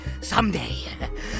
someday